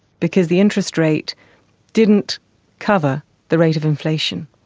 because the interest rate didn't cover the rate of inflation.